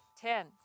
Ten